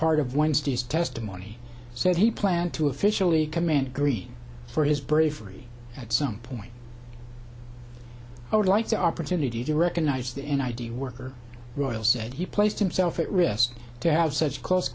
part of wednesday's testimony so he planned to officially command greed for his bravery at some point i would like the opportunity to recognize that and i do work or royal said he placed himself at risk to have such close